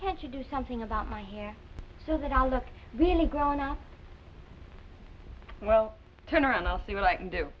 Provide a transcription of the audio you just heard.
can't you do something about my hair so that i look really grown up well turn around i'll see what i can do